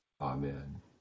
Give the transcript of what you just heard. Amen